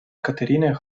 catherine